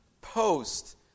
post